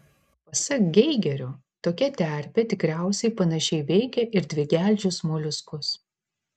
pasak geigerio tokia terpė tikriausiai panašiai veikia ir dvigeldžius moliuskus